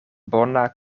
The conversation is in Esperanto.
bona